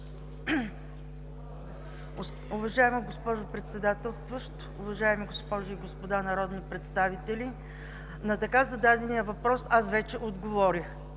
Уважаема госпожо Председател, уважаеми госпожи и господа народни представители! На зададения въпрос аз вече отговорих.